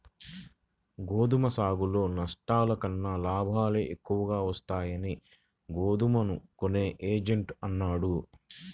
గోధుమ సాగులో నష్టాల కన్నా లాభాలే ఎక్కువగా వస్తాయని గోధుమలు కొనే ఏజెంట్ అన్నాడు